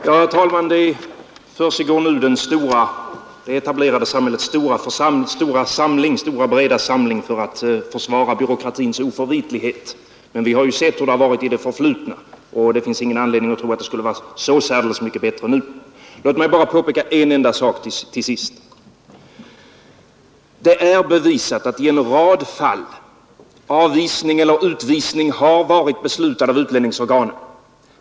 Herr talman! Nu försiggår det etablerade samhällets stora breda samling för att försvara byråkratins oförvitlighet. Vi har ju sett hur det varit i det förflutna, och det finns ingen anledning att tro att det skulle vara så särdeles mycket bättre nu. Låt mig bara påpeka en enda sak till sist. Det är bevisat att i en rad fall avhysning eller utvisning har varit beslutad av utlänningsorganen.